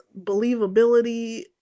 believability